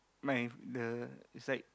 my the is like